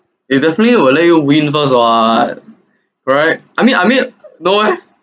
it definitely will let you win first what right I mean I mean no meh